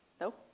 No